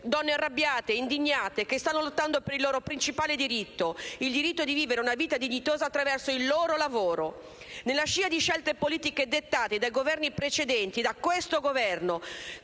donne arrabbiate, indignate, che stanno lottando per il loro principale diritto: il diritto di vivere una vita dignitosa attraverso il loro lavoro. Nella scia di scelte politiche dettate dai Governi precedenti e da questo Governo,